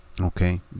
Okay